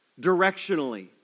directionally